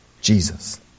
Jesus